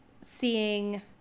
seeing